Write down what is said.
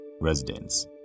residents